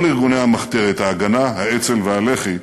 כל ארגוני המחתרת, "ההגנה", האצ"ל והלח"י,